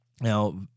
Now